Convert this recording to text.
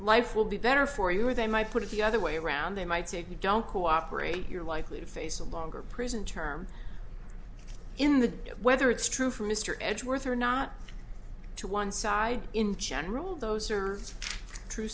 life will be better for you or they might put it the other way around they might say if you don't cooperate you're likely to face a longer prison term in the whether it's true for mr edgeworth or not to one side in general those are true